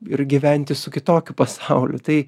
ir gyventi su kitokiu pasauliu tai